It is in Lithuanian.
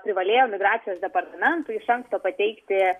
privalėjo migracijos departamentui iš anksto pateikti